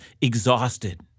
exhausted